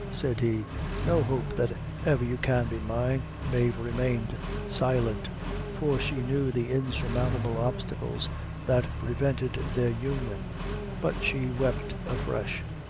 said he no hope that ever you can be mine. mave remained silent for she knew the insurmountable obstacles that prevented their union but she wept afresh.